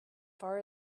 far